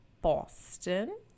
Boston